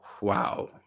wow